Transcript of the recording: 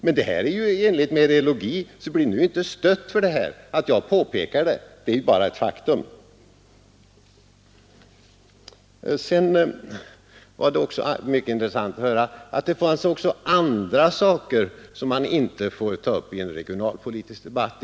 Men detta är ju i enlighet med er ideologi, så bli inte stött för att jag påpekar det. Jag konstaterar bara faktum. Det var också mycket intressant att få höra att det, enligt herr Holmqvist, fanns andra saker som man inte får ta upp i en regionalpolitisk debatt.